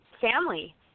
family